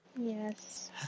Yes